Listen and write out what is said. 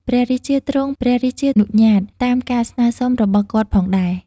ព្រះរាជា ទ្រង់ព្រះរាជានុញ្ញាតតាមការស្នើសុំរបស់គាត់ផងដែរ។